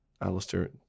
Alistair